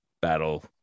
battle